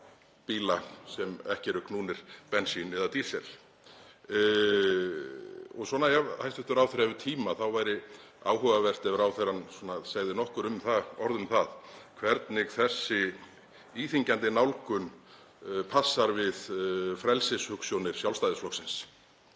bíla sem ekki eru knúnir bensíni eða dísilolíu, og ef hæstv. ráðherra hefur tíma væri áhugavert ef ráðherrann segði nokkur orð um það hvernig þessi íþyngjandi nálgun passar við frelsishugsjónir Sjálfstæðisflokksins.